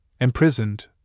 imprisoned